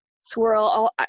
swirl